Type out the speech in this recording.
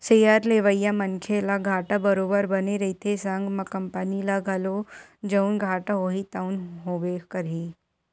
share लेवइया मनखे ल घाटा बरोबर बने रहिथे संग म कंपनी ल घलो जउन घाटा होही तउन होबे करही